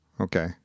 Okay